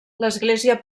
l’església